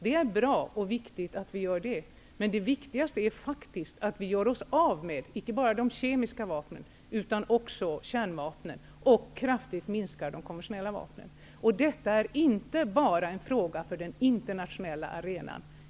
Det är bra och viktigt, men det viktigaste är att vi gör oss av med icke bara de kemiska vapnen, utan också kärnvapnen, och kraftigt minskar de konventionella vapnen. Detta är inte bara en fråga för den internationella arenan.